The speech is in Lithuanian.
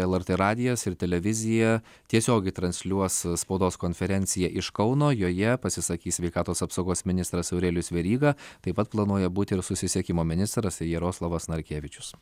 lrt radijas ir televizija tiesiogiai transliuos spaudos konferenciją iš kauno joje pasisakys sveikatos apsaugos ministras aurelijus veryga taip pat planuoja būti ir susisiekimo ministras jaroslavas narkevičius